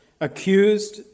accused